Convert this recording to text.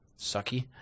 sucky